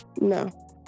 no